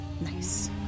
Nice